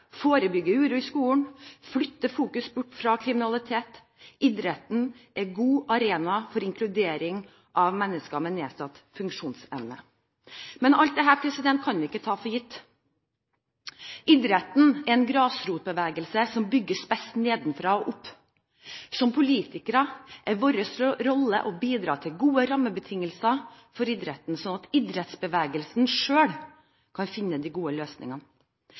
forebygge uro i skolen og flytte fokus bort fra kriminalitet. Idretten er en god arena for inkludering av mennesker med nedsatt funksjonsevne. Men alt dette kan man ikke ta for gitt. Idretten er en grasrotbevegelse som bygges best nedenfra og opp. Som politikere er vår rolle å bidra til gode rammebetingelser for idretten så idrettsbevegelsen selv kan finne de gode løsningene.